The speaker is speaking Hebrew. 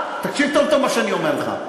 תקשיב טוב טוב למה שאני אומר לך,